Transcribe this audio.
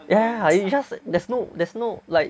ya ya ya it's just there's no there's no like